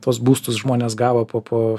tuos būstus žmonės gavo po po